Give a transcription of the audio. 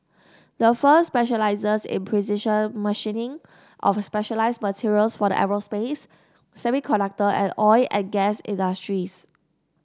the firm specializes in precision machining of specialized materials for the aerospace semiconductor and oil and gas industries